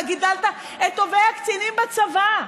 אתה גידלת את טובי הקצינים בצבא,